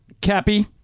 Cappy